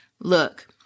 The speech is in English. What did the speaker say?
Look